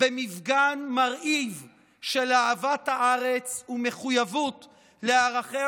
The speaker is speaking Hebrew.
במפגן מרהיב של אהבת הארץ ומחויבות לערכיה